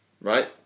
right